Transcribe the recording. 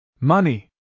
Money